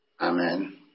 Amen